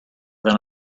than